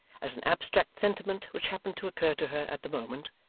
as an abstract sentiment which happened to occur to her at the moment,